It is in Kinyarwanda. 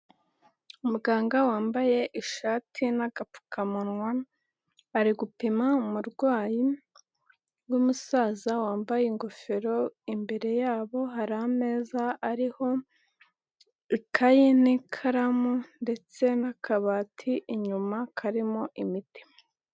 Muganga wambaye ishati n'agapfukamunwa ari gupima umurwayi w'umusaza wambaye ingofero, imbere yabo hari ameza ariho ikaye n'ikaramu ndetse n'akabati inyuma karimo imiti.